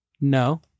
No